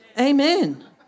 Amen